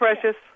Precious